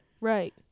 Right